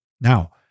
Now